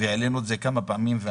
אותו העלינו כמה פעמים.